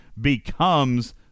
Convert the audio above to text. becomes